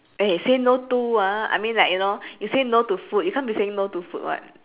eh say no to ah I mean like you know you say no to food you can't be saying no to food [what]